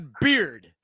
beard